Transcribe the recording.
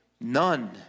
None